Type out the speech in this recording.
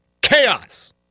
chaos